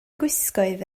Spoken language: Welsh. gwisgoedd